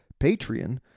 Patreon